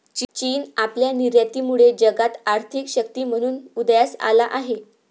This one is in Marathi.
चीन आपल्या निर्यातीमुळे जगात आर्थिक शक्ती म्हणून उदयास आला आहे